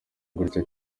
gutya